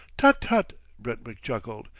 tut, tut! brentwick chuckled.